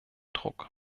druck